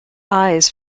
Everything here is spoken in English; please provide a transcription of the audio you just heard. eyes